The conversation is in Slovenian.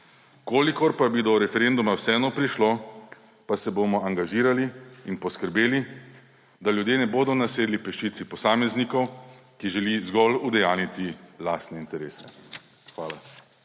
Če pa bi do referenduma vseeno prišlo, pa se bomo angažirali in poskrbeli, da ljudje ne bodo nasedli peščici posameznikov, ki želi zgolj udejanjiti lastne interese. Hvala.